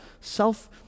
self